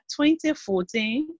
2014